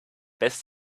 best